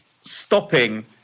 stopping